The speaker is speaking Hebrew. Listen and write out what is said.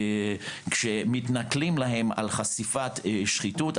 כשמתנכלים להם על חשיפת שחיתות,